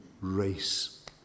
race